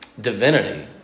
divinity